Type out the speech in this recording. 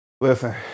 Listen